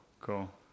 Cool